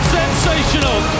sensational